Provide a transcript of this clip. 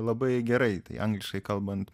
labai gerai tai angliškai kalbant